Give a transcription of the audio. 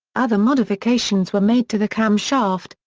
other modifications were made to the camshaft,